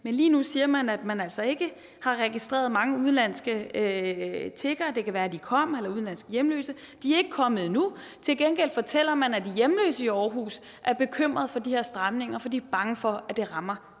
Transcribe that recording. Men lige nu siger man, at man altså ikke har registreret mange udenlandske tiggere eller udenlandske hjemløse, og at det kan være de kommer – men de er endnu ikke kommet. Til gengæld fortæller man, at de hjemløse i Aarhus er bekymret for de her stramninger, for de er bange for, at det rammer